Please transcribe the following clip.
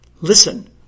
Listen